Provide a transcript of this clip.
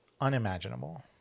unimaginable